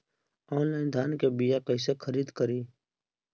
Online धान के बीया कइसे खरीद करी?